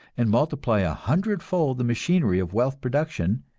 and multiply a hundredfold the machinery of wealth production,